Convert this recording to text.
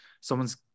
someone's